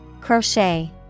Crochet